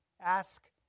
Ask